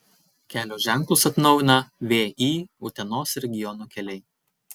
kelio ženklus atnaujina vį utenos regiono keliai